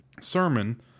sermon